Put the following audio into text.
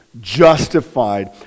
justified